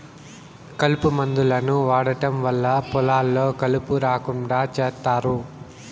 కలుపు మందులను వాడటం వల్ల పొలాల్లో కలుపు రాకుండా చేత్తారు